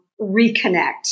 reconnect